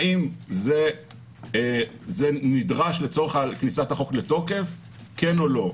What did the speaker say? האם זה נדרש לצורך כניסת החוק לתוקף, כן או לא?